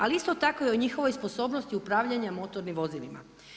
Ali, isto tako i o njihovoj sposobnosti upravljanja motornim vozilima.